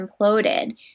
imploded